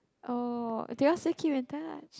oh do you'll still keep in touch